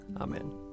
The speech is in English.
Amen